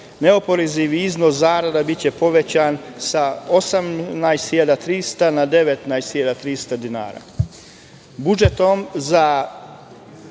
Neporezivi iznos zarada biće povećan sa 18.300, na 19.300 dinara.